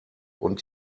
und